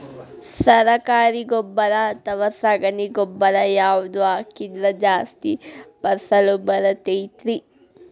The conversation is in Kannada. ಸರಕಾರಿ ಗೊಬ್ಬರ ಅಥವಾ ಸಗಣಿ ಗೊಬ್ಬರ ಯಾವ್ದು ಹಾಕಿದ್ರ ಜಾಸ್ತಿ ಫಸಲು ಬರತೈತ್ರಿ?